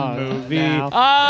movie